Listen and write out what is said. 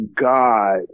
God